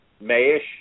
May-ish